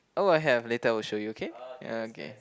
oh I have later I will show you K ya okay